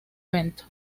evento